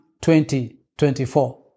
2024